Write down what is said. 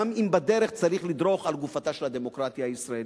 גם אם בדרך צריך לדרוך על גופתה של הדמוקרטיה הישראלית.